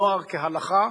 "נוער כהלכה",